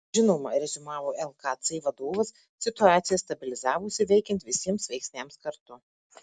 žinoma reziumavo lkc vadovas situacija stabilizavosi veikiant visiems veiksniams kartu